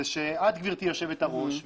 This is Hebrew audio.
שאת גברתי יושבת הראש,